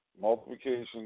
multiplication